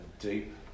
deep